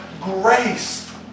grace